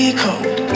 cold